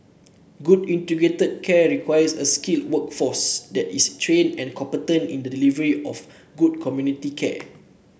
good integrated care requires a skilled workforce that is trained and competent in the delivery of good community care